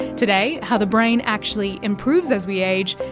today, how the brain actually improves as we age,